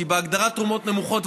כי בהגדרה תרומות נמוכות,